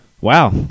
Wow